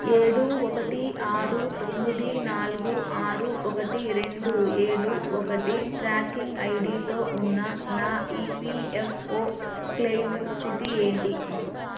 ఏడు ఒకటి ఆరు తొమ్మిది నాలుగు ఆరు ఒకటి రెండూ ఏడు ఒకటి ట్రాకింగ్ ఐడీతో ఉన్న నా ఈపిఎఫ్ఓ క్లెయిమ్ స్థితి ఏంటి